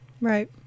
right